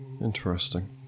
Interesting